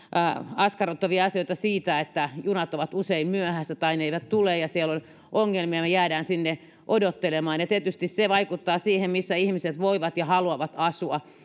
askarruttavia asioita siitä että junat ovat usein myöhässä tai ne eivät tule ja siellä on ongelmia ja me jäämme sinne odottelemaan ja tietysti se vaikuttaa siihen missä ihmiset voivat ja haluavat asua